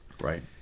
right